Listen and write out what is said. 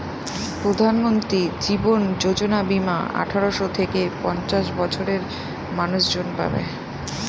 প্রধানমন্ত্রী জীবন যোজনা বীমা আঠারো থেকে পঞ্চাশ বছরের মানুষজন পাবে